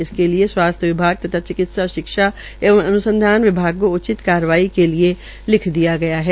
इसके लिए स्वास्थ्य विभाग तथा चिकित्सा शिक्षा एवं अन्संधान विभाग के उचित कार्रवाई के लिए लिखा गया है